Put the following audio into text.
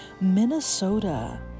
Minnesota